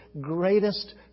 greatest